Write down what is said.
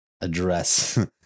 address